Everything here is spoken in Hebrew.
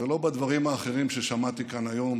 ולא דברים האחרים ששמעתי כאן היום